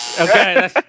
Okay